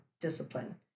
discipline